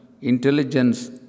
intelligence